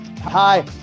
Hi